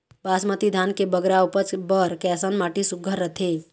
बासमती धान के बगरा उपज बर कैसन माटी सुघ्घर रथे?